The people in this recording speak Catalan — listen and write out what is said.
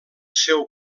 seu